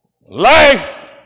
life